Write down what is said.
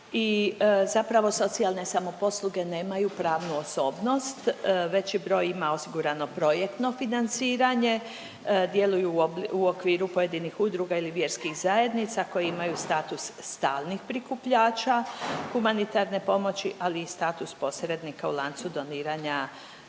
i zapravo socijalne samoposluge nemaju pravnu osobnost veći broj ima osigurano projektno financiranje, djeluju u okviru pojedinih udruga ili vjerskih zajednica koje imaju status stalnih prikupljača humanitarne pomoći, ali i status posrednika u lancu doniranja